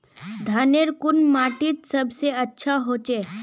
धानेर कुन माटित सबसे अच्छा होचे?